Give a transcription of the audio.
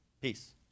peace